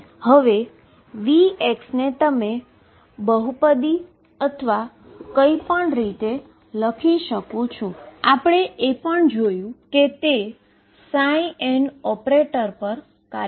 હવે Vx ને તમે પોલીનોમીઅલ અથવા કંઈ પણ તરીકે લખી શકો છો અને આપણે જોયું છે કે તે પણ n ઓપરેટર પર કાર્યરત છે